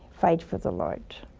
fight for the lord